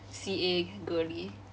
C_A girly